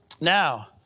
Now